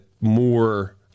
more